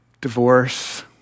divorce